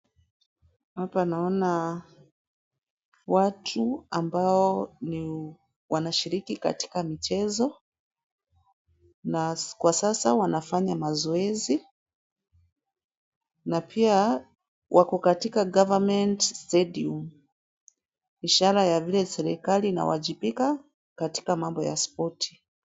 Hapa naona watu ambao ni wanashiriki katika mchezo, na kwa sasa wanafanya mazoezi, na pia wako katika government stadium . Ishara ya vile serikali inawajipika katika mambo ya spoti.